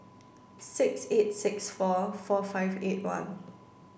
six eight six four four five eight one